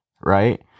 right